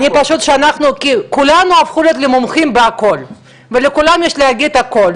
כי כולם הפכנו להיות מומחים בכול ולכולם יש להגיד הכול,